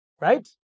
Right